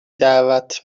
دعوت